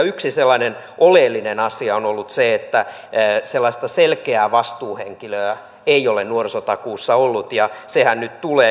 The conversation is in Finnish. yksi sellainen oleellinen asia on ollut se että sellaista selkeää vastuuhenkilöä ei ole nuorisotakuussa ollut ja sehän nyt tulee